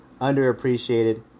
underappreciated